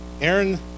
Aaron